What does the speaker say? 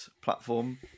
platform